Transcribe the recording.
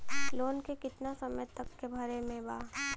Loan के कितना समय तक मे भरे के बा?